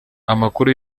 amakuru